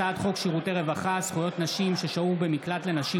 הצעת חוק שירותי רווחה (זכויות נשים ששהו במקלט לנשים